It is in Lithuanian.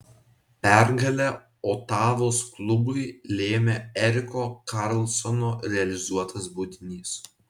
pergalę otavos klubui lėmė eriko karlsono realizuotas baudinys